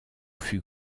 fut